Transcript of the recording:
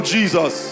Jesus